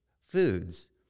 foods